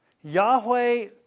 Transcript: Yahweh